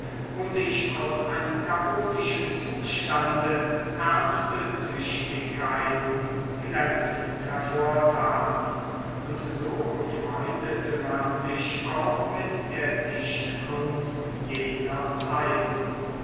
wo sich aus einem chaotischen zustande ernste tüchtigkeiten glänzend hervortaten und so befreundete man sich auch mit der dichtkunst jener zeiten